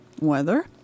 weather